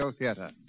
Theater